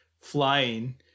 flying